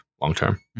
long-term